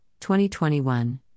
2021